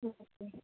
ہوں